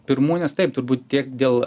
pirmūnės taip turbūt tiek dėl